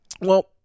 Well-